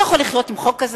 הוא יכול לחיות עם חוק כזה?